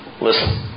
Listen